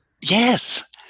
Yes